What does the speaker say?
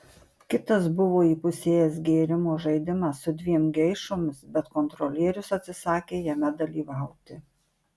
kitas buvo įpusėjęs gėrimo žaidimą su dviem geišomis bet kontrolierius atsisakė jame dalyvauti